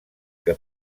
que